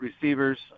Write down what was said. receivers